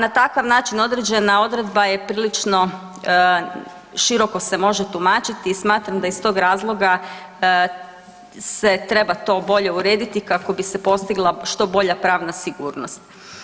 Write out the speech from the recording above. Na takav način određena odredba je prilično široko se može tumačiti i smatram da iz tog razloga se treba to bolje urediti kako bi se postigla što bolja pravna sigurnost.